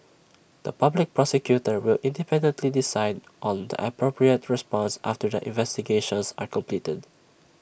the Public Prosecutor will independently decide on the appropriate response after the investigations are completed